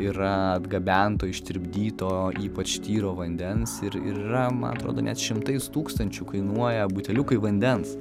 yra atgabento ištirpdyto ypač tyro vandens ir yra man atrodo net šimtais tūkstančių kainuoja buteliukai vandens